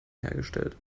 hergestellt